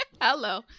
Hello